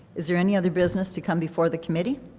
is there any other business to come before the committee?